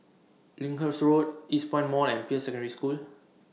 Lyndhurst Road Eastpoint Mall and Peirce Secondary School